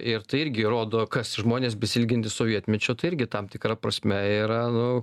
ir tai irgi rodo kas žmonės besiilgintys sovietmečio tai irgi tam tikra prasme yra nu